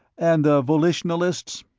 and the volitionalists?